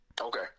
Okay